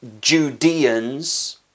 Judeans